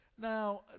Now